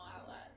outlet